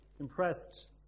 impressed